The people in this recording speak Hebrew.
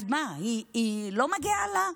אז מה, לא מגיע לה?